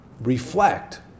reflect